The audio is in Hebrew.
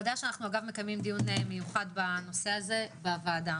אתה יודע שאנחנו מקיימים דיון מיוחד בנושא הזה בוועדה.